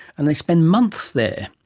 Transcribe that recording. and they spend months there.